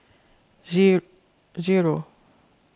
zero